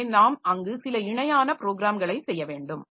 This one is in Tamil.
எனவே நாம் அங்கு சில இணையான ப்ரோகிராம்களை செய்ய வேண்டும்